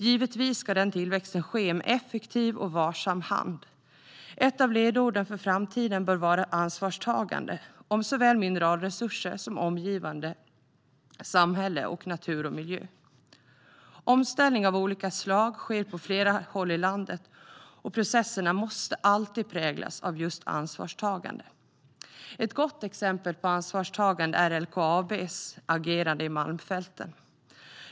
Givetvis ska tillväxten ske med effektiv och varsam hand. Ett av ledorden för framtiden bör vara ansvarstagande, om såväl mineralresurser som omgivande samhälle och natur och miljö. Omställning av olika slag sker på flera håll i landet. Och processerna måste alltid präglas av just ansvarstagande. Ett gott exempel på ansvarstagande är LKAB:s agerande i Malmfälten.